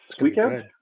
weekend